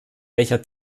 welcher